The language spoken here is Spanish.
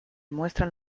muestran